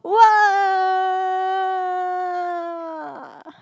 !whoa!